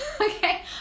okay